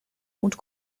und